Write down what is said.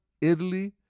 Italy